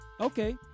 okay